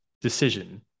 decision